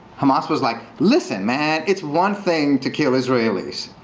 hamas was like, listen man, it's one thing to kill israelis.